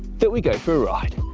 that we go for a ride.